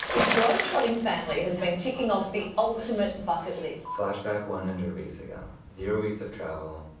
this globetrotting family has been ticking off the ultimate bucket list. flashback one hundred weeks ago. zero weeks of travel.